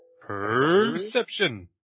Perception